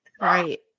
Right